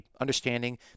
understanding